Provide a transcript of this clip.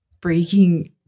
breaking